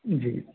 जी